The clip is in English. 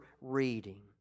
reading